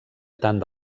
tant